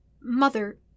Mother